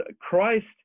Christ